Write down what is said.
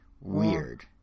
weird